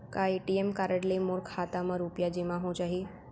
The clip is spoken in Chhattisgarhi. का ए.टी.एम कारड ले मोर खाता म रुपिया जेमा हो जाही?